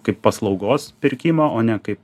kaip paslaugos pirkimą o ne kaip